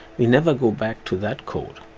we never go back to that code.